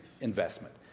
investment